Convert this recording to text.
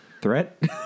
Threat